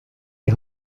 die